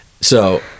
So-